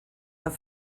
amb